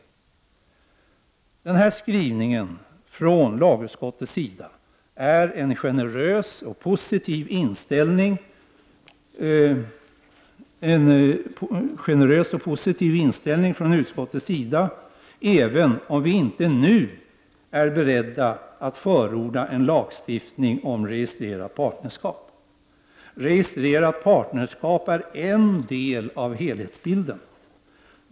Denna skrivning innebär en generös och positiv inställning från lagutskottets sida, även om vi inte nu är beredda att förorda en lagstiftning om registrerat partnerskap. Registrerat partnerskap är en del av helhetsbilden.